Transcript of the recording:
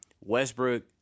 Westbrook